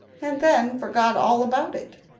and then forgot all about it.